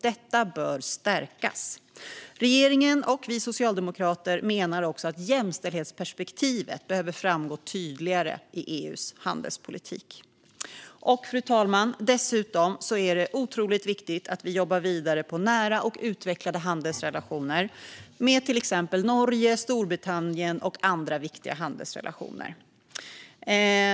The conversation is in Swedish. Detta bör stärkas. Regeringen och vi socialdemokrater menar också att jämställdhetsperspektivet behöver framgå tydligare i EU:s handelspolitik. Fru talman! Dessutom är det otroligt viktigt att vi jobbar vidare på nära och utvecklade handelsrelationer med till exempel Norge, Storbritannien och andra viktiga handelsnationer.